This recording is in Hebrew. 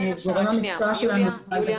גורם המקצוע שלנו יוכל